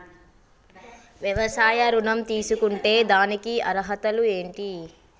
వ్యవసాయ ఋణం తీసుకుంటే దానికి అర్హతలు ఏంటి?